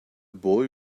boy